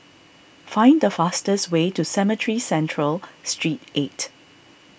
find the fastest way to Cemetry Central Street eight